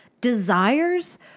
desires